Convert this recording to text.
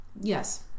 Yes